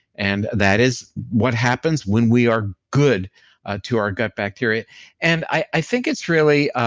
and that is what happens when we are good to our gut bacteria and i think it's really